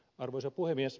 arvoisa puhemies